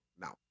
Now